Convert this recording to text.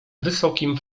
wysokim